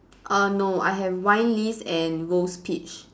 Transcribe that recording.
uh no I have wine list and rose peach